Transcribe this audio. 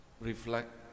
reflect